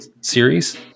series